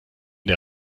der